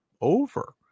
over